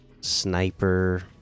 Sniper